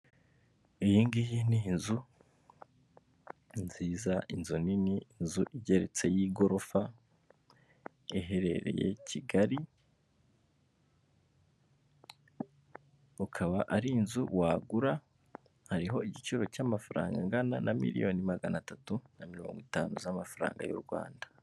Iyingiyi ni inzu nziza inzu nini igeretse y'igorofa iherereye Kigali akaba ari inzu wagura hariho igiciro cy'amafaranga angana na miliyoni magana atatu na mirongo itanu z'amafaranga y'u Rwanda.